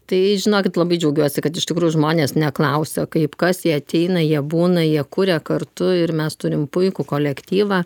tai žinokit labai džiaugiuosi kad iš tikrųjų žmonės neklausia kaip kas jie ateina jie būna jie kuria kartu ir mes turim puikų kolektyvą